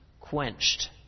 quenched